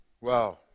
Wow